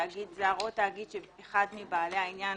תאגיד זו או תאגיד שאחד מבעלי העניין